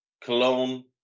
Cologne